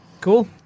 Cool